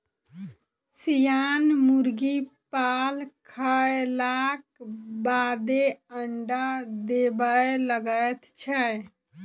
सियान मुर्गी पाल खयलाक बादे अंडा देबय लगैत छै